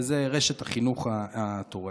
וזאת רשת החינוך התורנית.